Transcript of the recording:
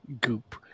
Goop